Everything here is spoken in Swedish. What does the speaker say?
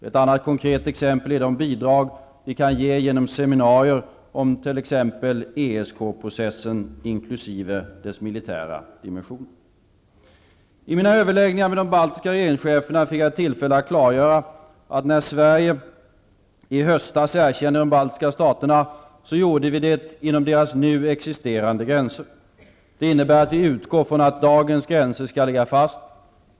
Ett annat konkret exempel är de bidrag vi kan ge genom seminarier om t.ex. ESK-processen, inklusive dess militära dimensioner. I mina överläggningar med de baltiska regeringscheferna fick jag tillfälle att klargöra att när Sverige i höstas erkände de baltiska staterna gjorde vi det inom deras nu existerande gränser. Det innebär, att vi utgår från att dagens gränser skall ligga fast.